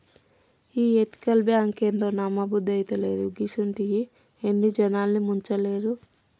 ఈ ఎతికల్ బాంకేందో, నమ్మబుద్దైతలేదు, గిసుంటియి ఎన్ని జనాల్ని ముంచలేదు